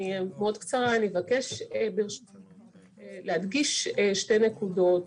אני אהיה מאוד קצרה, אני אבקש להדגיש שתי נקודות.